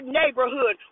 neighborhood